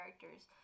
characters